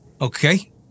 Okay